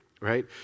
right